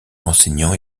enseignants